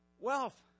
wealth